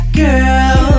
girl